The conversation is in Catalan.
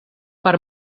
per